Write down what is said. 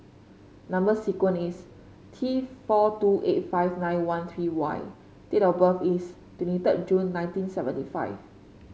number sequence is T four two eight five nine one three Y date of birth is twenty third June nineteen seventy five